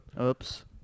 Oops